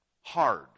hard